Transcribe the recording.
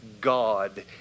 God